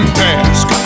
task